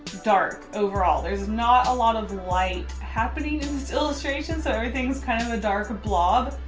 dark overall. there's not a lot of light happening in the illustration, so everything's kind of a dark blob.